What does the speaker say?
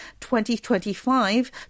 2025